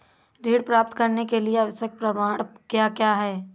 ऋण प्राप्त करने के लिए आवश्यक प्रमाण क्या क्या हैं?